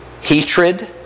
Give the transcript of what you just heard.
hatred